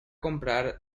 comprar